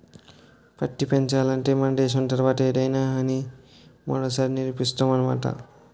పత్తి పెంచాలంటే మన దేశం తర్వాతే ఏదైనా అని మరోసారి నిరూపిస్తున్నావ్ అన్నమాట